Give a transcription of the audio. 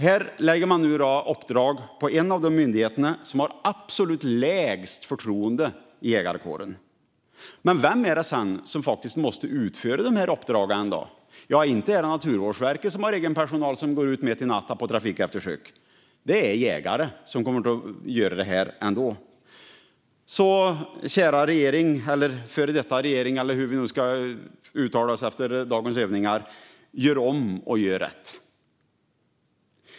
Nu lägger man uppdraget på den myndighet som har absolut lägst förtroende i jägarkåren. Men vem är det som faktiskt ska utföra uppdragen? Inte har Naturvårdsverket egen personal som går ut mitt i natten på trafikeftersök. Nej, det är jägare som kommer att göra det ändå. Kära regering, eller före detta regering eller vad vi nu ska säga efter dagens övningar! Gör om, och gör rätt!